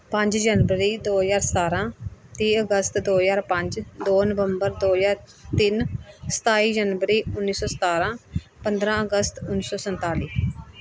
ਪੰਜ ਜਨਵਰੀ ਦੋ ਹਜ਼ਾਰ ਸਤਾਰਾਂ ਤੀਹ ਅਗਸਤ ਦੋ ਹਜ਼ਾਰ ਪੰਜ ਦੋ ਨਵੰਬਰ ਦੋ ਹਜ਼ਾਰ ਤਿੰਨ ਸਤਾਈ ਜਨਵਰੀ ਉੱਨੀ ਸੌ ਸਤਾਰਾਂ ਪੰਦਰਾਂ ਅਗਸਤ ਉੱਨੀ ਸੌ ਸੰਤਾਲੀ